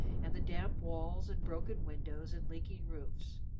and the damp walls and broken windows and leaking roofs,